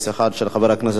של חבר הכנסת דנון,